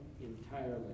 entirely